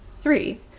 three